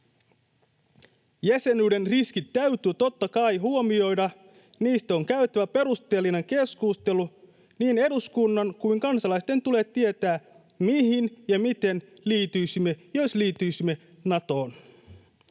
Jäsenyyden riskit täytyy totta kai huomioida, niistä on käytävä perusteellinen keskustelu. Niin eduskunnan kuin kansalaisten tulee tietää, mihin ja miten liittyisimme, jos liittyisimme Natoon.